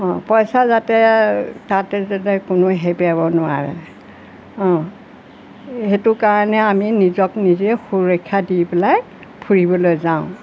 অঁ পইচা যাতে তাতে যাতে কোনো খেপিয়াব নোৱাৰে অঁ সেইটো কাৰণে আমি নিজক নিজে সুৰক্ষা দি পেলাই ফুৰিবলৈ যাওঁ